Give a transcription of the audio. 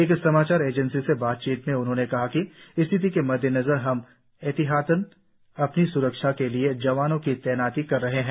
एक समाचार एजेंसी से बातचीत में जनरल नरवणे ने कहा कि स्थिति के मद्देनजर हम एहतियातन अपनी सुरक्षा के लिए जवानों की तैनाती कर रहे हैं